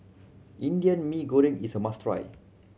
Indian Mee Goreng is a must try